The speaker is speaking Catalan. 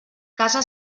casa